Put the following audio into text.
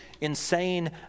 insane